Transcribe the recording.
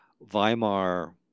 Weimar